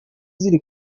ziri